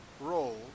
Role